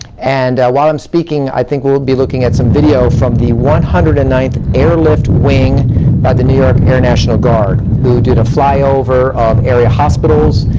and while i'm speaking, i think we'll be looking at some video from the one hundred and ninth airlift wing of the new york air national guard who did a flyover of area hospitals.